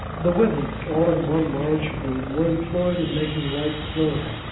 the women, all in one large room, were employed in making light clothing,